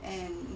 and